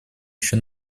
еще